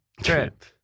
Trip